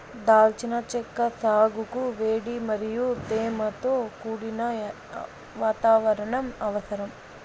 దాల్చిన చెక్క సాగుకు వేడి మరియు తేమతో కూడిన వాతావరణం అవసరం